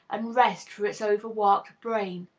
and rest for its overworked brain.